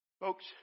Folks